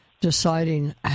deciding